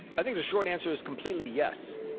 i think the short answer is completely yes,